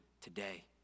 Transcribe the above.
today